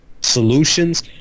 solutions